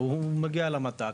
הוא מגיע למטע,